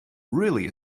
really